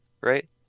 right